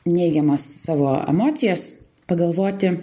neigiamas savo emocijas pagalvoti